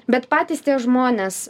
bet patys tie žmonės